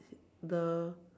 the